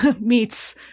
meets